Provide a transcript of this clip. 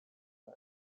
eta